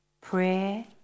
prayer